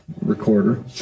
recorder